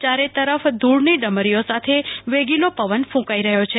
ચારેતરફ ધૂળની ડમરીઓ સાથે વેગીલો પવન ફૂંકાઈ રહ્યો છે